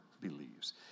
believes